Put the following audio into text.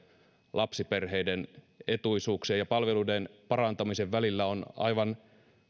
lapsiperheiden etuisuuksien ja palveluiden parantamisen välillä on aivan